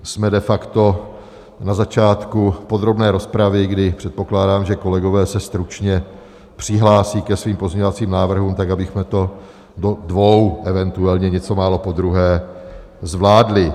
Jsme de facto na začátku podrobné rozpravy, kdy předpokládám, že kolegové se stručně přihlásí ke svým pozměňovacím návrhům, tak abychom to do dvou, eventuálně něco málo po druhé zvládli.